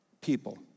people